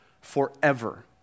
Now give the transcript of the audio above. forever